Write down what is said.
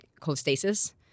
cholestasis